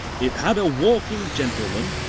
it had a walking gentleman,